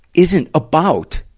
isn't about,